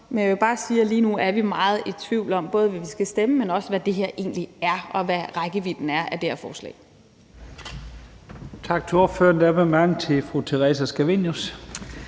lige nu er vi meget i tvivl om, både hvad vi skal stemme, men også, hvad det her egentlig er, og hvad rækkevidden af det her forslag